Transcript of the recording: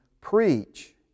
preach